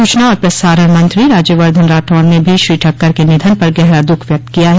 सूचना और प्रसारण मंत्रो राज्यवर्धन राठौड़ ने भी श्री ठक्कर के निधन पर गहरा द्ख व्यक्त किया है